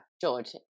George